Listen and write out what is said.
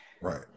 right